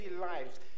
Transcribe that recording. lives